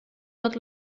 tot